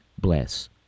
bless